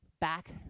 back